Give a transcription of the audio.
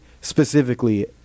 specifically